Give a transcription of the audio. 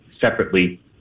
separately